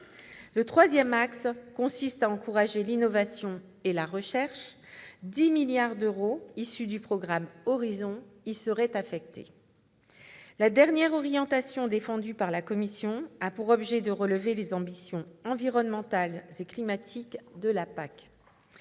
La troisième orientation tend à encourager l'innovation et la recherche. Ainsi, 10 milliards d'euros issus du programme Horizon y seraient affectés. La dernière orientation défendue par la Commission a pour objet de relever les ambitions environnementales et climatiques de la PAC.